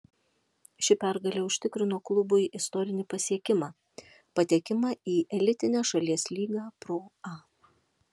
ši pergalė užtikrino klubui istorinį pasiekimą patekimą į elitinę šalies lygą pro a